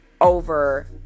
over